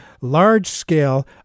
large-scale